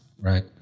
right